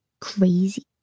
Crazy